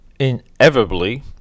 Inevitably